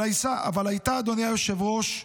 אבל הייתה, אדוני היושב-ראש,